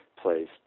place